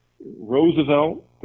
roosevelt